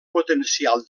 potencial